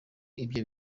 ivyo